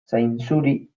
zainzuri